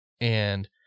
And-